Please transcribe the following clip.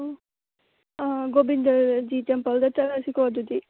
ꯑꯣ ꯑꯥ ꯒꯣꯕꯤꯟꯗꯖꯤ ꯇꯦꯝꯄꯜꯗ ꯆꯠꯂꯁꯤꯀꯣ ꯑꯗꯨꯗꯤ